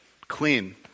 clean